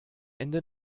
ende